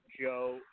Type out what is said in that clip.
Joe